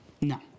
No